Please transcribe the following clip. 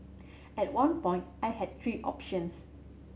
at one point I had three options